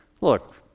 Look